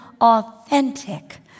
authentic